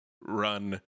run